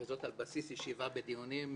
וזאת על בסיס ישיבה בדיונים רבים.